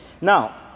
Now